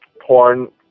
porn